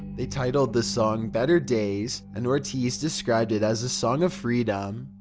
they titled the song, better days, and ortiz described it as a song of freedom.